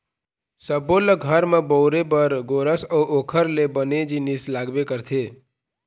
सब्बो ल घर म बउरे बर गोरस अउ ओखर ले बने जिनिस लागबे करथे